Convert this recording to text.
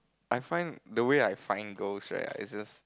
I find the way I find girls right I just